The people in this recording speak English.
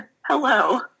Hello